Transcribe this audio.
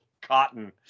cotton